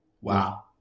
Wow